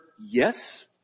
yes